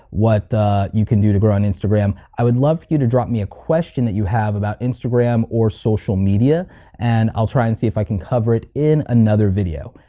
what you can do to grow on instagram? i would love for you to drop me a question that you have about instagram or social media and i'll try and see if i can cover it in another video.